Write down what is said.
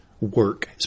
Work